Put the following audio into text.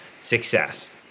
success